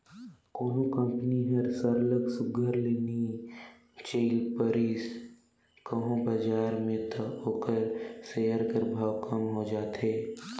कोनो कंपनी हर सरलग सुग्घर ले नी चइल पारिस कहों बजार में त ओकर सेयर कर भाव कम हो जाथे